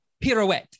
pirouette